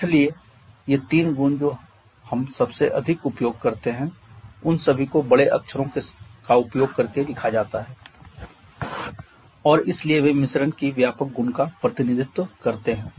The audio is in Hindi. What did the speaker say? इसलिए ये तीन गुण जो हम सबसे अधिक उपयोग करते हैं उन सभी को बड़े अक्षरों का उपयोग करके लिखा जाता है और इसलिए वे मिश्रण की व्यापक गुण का प्रतिनिधित्व करते हैं